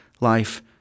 life